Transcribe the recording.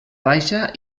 baixa